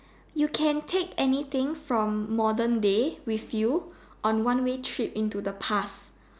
you can take anything from modern day with you on one way trip to the past